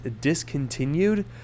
discontinued